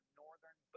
northern